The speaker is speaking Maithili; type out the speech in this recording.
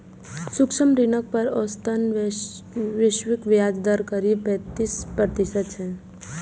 सूक्ष्म ऋण पर औसतन वैश्विक ब्याज दर करीब पैंतीस प्रतिशत छै